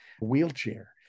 wheelchair